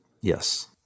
Yes